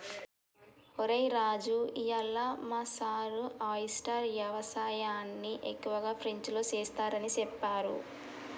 ఒరై రాజు ఇయ్యాల మా సారు ఆయిస్టార్ యవసాయన్ని ఎక్కువగా ఫ్రెంచ్లో సెస్తారని సెప్పారు